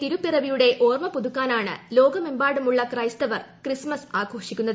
തിരുപ്പിറവിയുടെ ഓർമപുതുക്കാനാണ് ലോകമെമ്പാടുമുള്ള ക്രൈസ്തവർ ക്രിസ്മസ് ആഘോഷിക്കുന്നത്